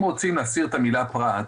אם רוצים להסיר את המילה "פרט",